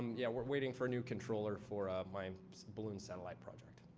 yeah, we're waiting for a new controller for my balloon satellite project.